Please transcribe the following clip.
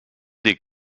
des